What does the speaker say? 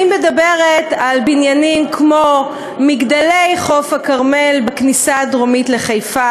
אני מדברת על בניינים כמו "מגדלי חוף הכרמל" בכניסה הדרומית לחיפה,